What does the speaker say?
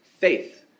faith